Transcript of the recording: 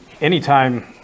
anytime